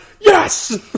yes